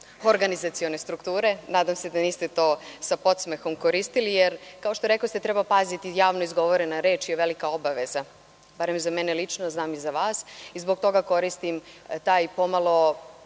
organizacione strukture. Nadam se da niste to sa podsmehom koristili jer, kao što rekoste, treba paziti, javno izgovorena reč je velika obaveza, barem za mene lično, a znam i za vas. Zbog toga koristim taj pomalo